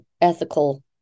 ethical